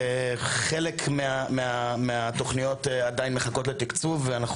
חלק מהתוכניות עדיין מחכות לתקצוב ואנחנו